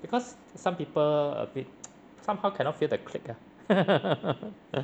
because some people a bit somehow cannot feel the click ah